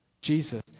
Jesus